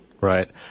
Right